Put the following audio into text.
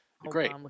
great